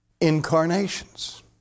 incarnations